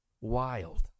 Wild